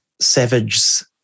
Savage's